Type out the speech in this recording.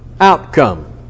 outcome